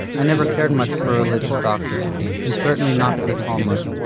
i never cared much for religious doctrine and certainly not for the talmud.